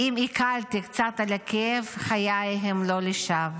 הקלתי קצת על הכאב, חיי הם לא לשווא,